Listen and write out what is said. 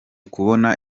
kubona